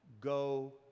Go